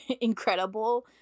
incredible